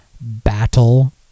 Battle